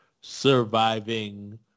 surviving